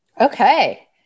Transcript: Okay